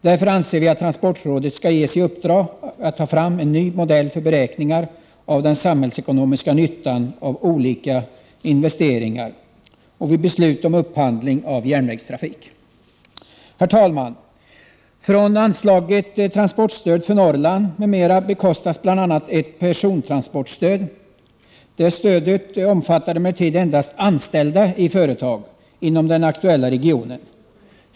Därför anser vi att transportrådet skall ges i uppdrag att ta fram en ny modell för beräkningar av den samhällsekonomiska nyttan av olika investeringar och vid beslut om upphandling av järnvägstrafik. Herr talman! Från anslaget Transportstöd för Norrland m.m. bekostas bl.a. ett persontransportstöd. Detta stöd omfattar emellertid endast anställdai företag inom den aktuella regionen.